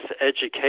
education